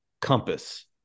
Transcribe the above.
Compass